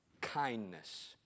kindness